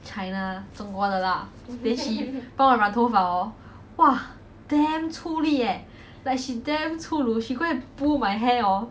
china 中国的啦 then she 帮我染头发 orh !wah! damn 出力 eh like she damn 粗鲁 she go and pull my hair orh